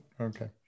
Okay